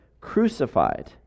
crucified